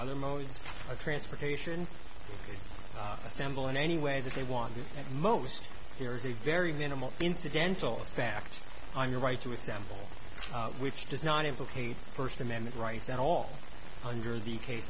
other modes of transportation assemble in any way that they want to and most here is a very minimal incidental fact i'm your right to assemble which does not implicate first amendment rights at all under the case